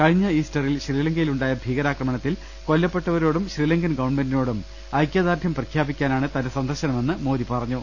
കഴിഞ്ഞ ഈസ്റ്ററിൽ ശ്രീലങ്കയിലുണ്ടായ ഭീകരാക്രമണത്തിൽ കൊല്ലപ്പെട്ടവരോടും ശ്രീലങ്കൻ ഗവൺമെന്റിനോടും ഐകൃദാർഢൃം പ്രഖ്യാപിക്കാനാണ് തന്റെ സന്ദർശനമെന്ന് മോദി പറഞ്ഞു